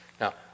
Now